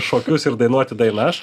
šokius ir dainuoti dainas